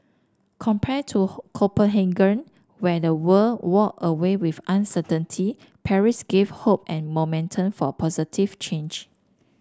compared to Copenhagen where the world walked away with uncertainty Paris gave hope and momentum for positive change